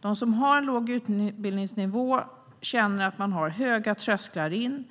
De som har låg utbildningsnivå känner att de har höga trösklar in.